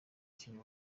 kenya